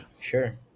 Sure